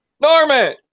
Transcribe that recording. Norman